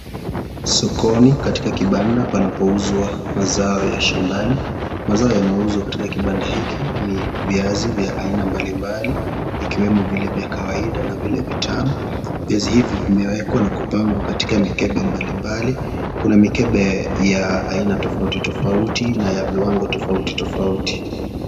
Sokoni katika kibanda panapouzwa mazao ya shambani, mazao yanayouzwa katika kibanda hiki ni viazi vya aina mbalimbali ikiwemo vile vya kawaida na vile vitamu, viazi hivo vimewekwa na kupangwa katika mikebe mbalimbali, kuna mikebe ya aina tofautitofauti na ya viwango tofautitofauti.